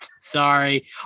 Sorry